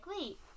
wait